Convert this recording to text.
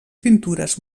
pintures